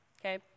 okay